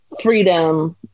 freedom